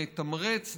נתמרץ,